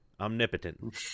omnipotent